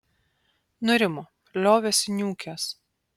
nurimo liovėsi niūkęs